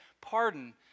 pardon